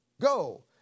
go